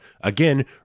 again